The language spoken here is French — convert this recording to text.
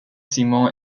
simon